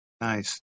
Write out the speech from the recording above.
Nice